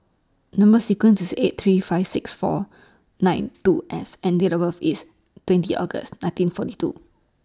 Number sequence IS eight three five six four nine two S and Date of birth IS twenty August nineteen forty two